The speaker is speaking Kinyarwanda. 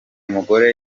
mugore